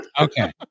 Okay